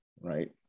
right